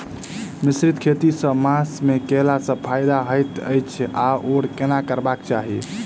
मिश्रित खेती केँ मास मे कैला सँ फायदा हएत अछि आओर केना करबाक चाहि?